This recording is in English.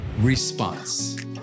response